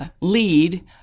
lead